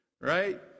right